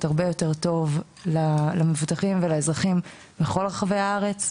הרבה יותר טוב למבוטחים ולאזרחים בכל רחבי הארץ.